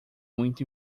muito